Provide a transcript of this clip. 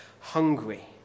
hungry